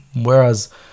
Whereas